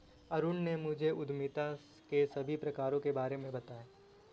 अरुण ने मुझे उद्यमिता के सभी प्रकारों के बारे में बताएं